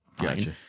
Gotcha